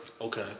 Okay